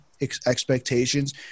expectations